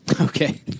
Okay